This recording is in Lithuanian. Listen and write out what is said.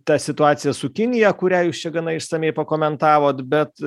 ta situacija su kinija kurią jūs čia gana išsamiai pakomentavot bet